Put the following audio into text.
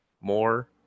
more